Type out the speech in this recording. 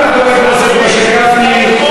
תודה לחבר הכנסת משה גפני.